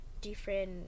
different